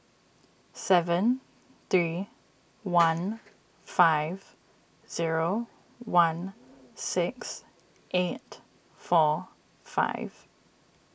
seven three one five zero one six eight four five